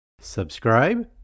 subscribe